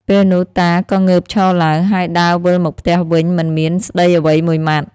ពេលនោះតាក៏ងើបឈរឡើង ហើយដើរវិលមកផ្ទះវិញមិនមានស្ដីអ្វីមួយម៉ាត់។